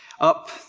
up